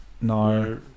no